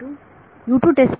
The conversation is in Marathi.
विद्यार्थी